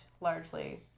largely